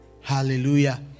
hallelujah